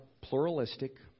pluralistic